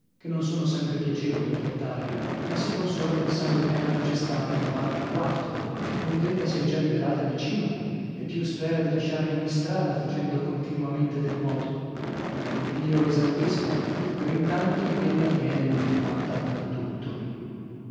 che non sono sempre piacevoli a portare ma si consola pensando che erano già stati novantaquattro ond'ella si è già liberata di cinque e più spera di lasciarne in istrada facendo continuamente del moto iddio l'esaudisca ma per intanto ella viene ultima